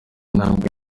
intambwe